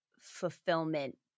fulfillment